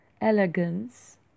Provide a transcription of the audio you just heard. elegance